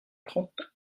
trente